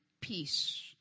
peace